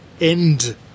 end